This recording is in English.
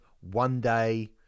one-day